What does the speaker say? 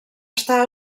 està